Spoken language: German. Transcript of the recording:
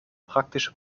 praktische